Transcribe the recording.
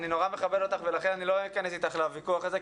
אני מאוד מכבד אותך ולכן אני לא אכנס איתך לוויכוח הזה,